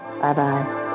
Bye-bye